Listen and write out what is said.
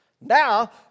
Now